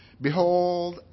Behold